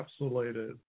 encapsulated